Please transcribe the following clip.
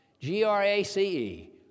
G-R-A-C-E